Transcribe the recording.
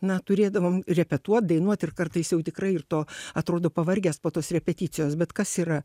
na turėdavom repetuot dainuot ir kartais jau tikrai ir to atrodo pavargęs po tos repeticijos bet kas yra